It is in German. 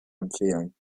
empfehlen